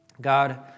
God